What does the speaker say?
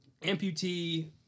amputee